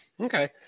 Okay